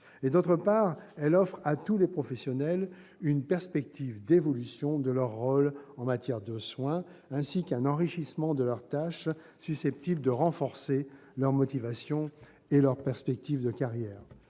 D'autre part, elles offrent à tous les professionnels une perspective d'évolution de leur rôle en matière de soins, ainsi qu'un enrichissement de leurs tâches susceptible de renforcer leur motivation et leurs perspectives de carrière.